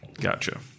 Gotcha